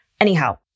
Anyhow